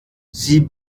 sie